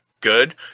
good